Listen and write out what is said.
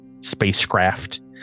spacecraft